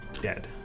dead